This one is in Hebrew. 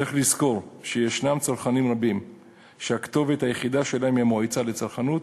צריך לזכור שיש צרכנים רבים שהכתובת היחידה שלהם היא המועצה לצרכנות.